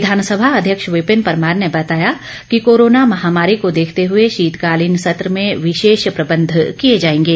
विधानसभा अध्यक्ष विपिन परमार ने बताया कि कोरोना महामारी को देखते हुए शीतकालीन संत्र में विशेष प्रबंध किए जाएंगे